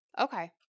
Okay